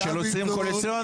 יש אילוצים קואליציוניים.